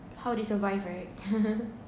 how they survive right